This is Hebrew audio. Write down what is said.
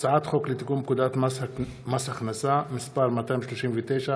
הצעת חוק לתיקון פקודת מס הכנסה (מס' 239),